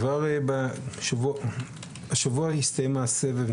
כבר השבוע הסתיים הסבב,